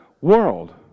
world